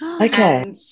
Okay